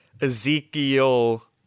Ezekiel